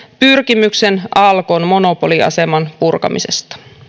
pyrkimyksen alkon monopoliaseman purkamiseksi